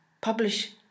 Publish